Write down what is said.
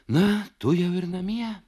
na tu jau ir namie